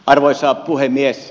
arvoisa puhemies